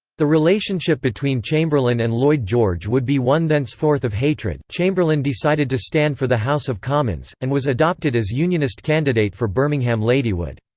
the relationship between chamberlain and lloyd george would be one thenceforth of hatred chamberlain decided to stand for the house of commons, and was adopted as unionist candidate for birmingham ladywood.